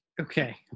okay